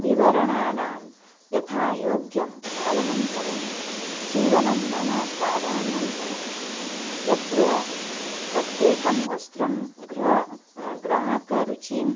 विवरणानां यथा योग्यं पालनं करोमि सीवनं मम प्राधान्यं भवति यत्र प्रत्येकं वस्त्रं गृह ग्राहकरुचिम्